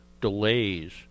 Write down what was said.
delays